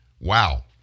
Wow